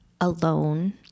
alone